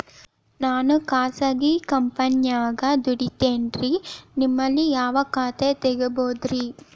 ನಾನು ಖಾಸಗಿ ಕಂಪನ್ಯಾಗ ದುಡಿತೇನ್ರಿ, ನಿಮ್ಮಲ್ಲಿ ಯಾವ ಖಾತೆ ತೆಗಿಬಹುದ್ರಿ?